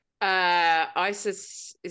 ISIS